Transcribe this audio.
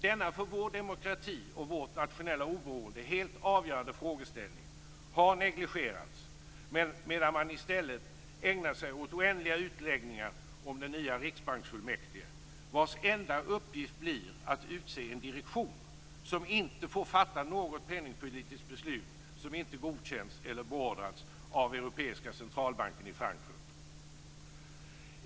Denna för vår demokrati och vårt nationella oberoende helt avgörande frågeställning har negligerats, medan man i stället ägnar sig åt oändliga utläggningar om den nya riksbanksfullmäktige vars enda uppgift blir att utse en direktion som inte får fatta något penningpolitiskt beslut som inte godkänts eller beordrats av Europeiska centralbanken i Frankfurt.